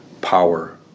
power